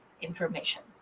information